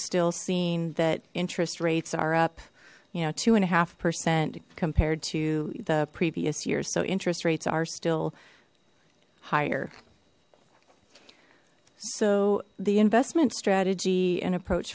still seeing that interest rates are up you know two and a half percent compared to the previous years so interest rates are still higher so the investment strategy and approach